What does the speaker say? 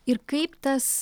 ir kaip tas